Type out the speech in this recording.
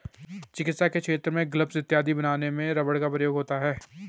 चिकित्सा के क्षेत्र में ग्लब्स इत्यादि बनाने में रबर का प्रयोग होता है